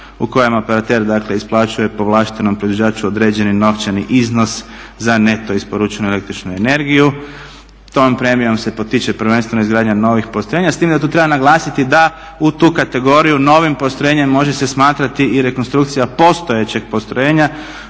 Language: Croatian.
u kojem operater isplaćuje povlaštenom proizvođaču određeni novčani iznos za neto isporučenu el.energiju. Tom premijom se potiče prvenstveno izgradnja novih postrojenja s tim da treba naglasiti da u tu kategoriju novim postrojenjem može se smatrati i rekonstrukcija postojećeg postrojenja